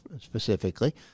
specifically